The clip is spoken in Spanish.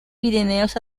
pirineos